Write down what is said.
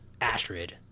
Astrid